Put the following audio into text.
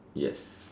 yes